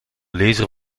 lezer